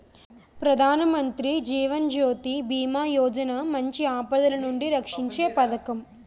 ప్రధానమంత్రి జీవన్ జ్యోతి బీమా యోజన మంచి ఆపదలనుండి రక్షీంచే పదకం